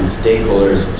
stakeholders